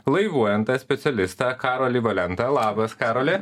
laivų nt specialistą karolį valentą labas karoli